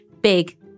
Big